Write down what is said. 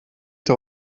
der